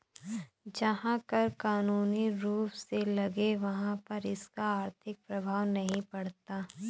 जहां कर कानूनी रूप से लगे वहाँ पर इसका आर्थिक प्रभाव नहीं पड़ता